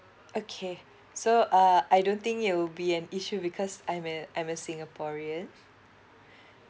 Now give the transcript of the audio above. okay so uh I don't think it will be an issue because I'm a I'm a singaporean